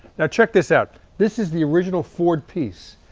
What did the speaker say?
now check this out. this is the original ford piece.